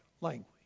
language